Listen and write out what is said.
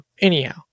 anyhow